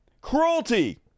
cruelty